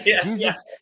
Jesus